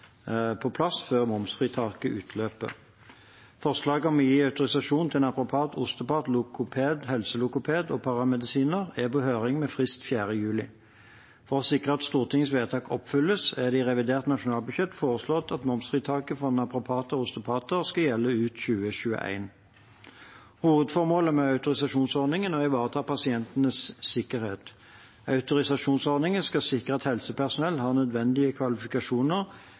på at autorisasjonsordningen ikke skal komme på plass før momsfritaket utløper. Forslaget om å gi autorisasjon til naprapater, osteopater, logopeder, helselogopeder og paramedisinere er på høring med frist 4. juni. For å sikre at Stortingets vedtak oppfylles, er det i revidert nasjonalbudsjett foreslått at momsfritaket for naprapater og osteopater skal gjelde ut 2021. Hovedformålet med autorisasjonsordningen er å ivareta pasientenes sikkerhet. Autorisasjonsordningen skal sikre at helsepersonell har nødvendige kvalifikasjoner